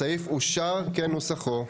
הסעיף אושר כנוסחו.